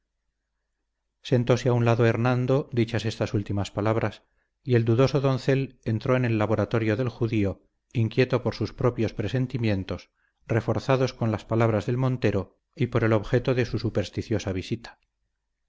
sentóse a un lado hernando dichas estas últimas palabras y el dudoso doncel entró en el laboratorio del judío inquieto por sus propios presentimientos reforzados con las palabras del montero y por el objeto de su supersticiosa visita